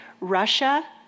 Russia